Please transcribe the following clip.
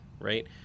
right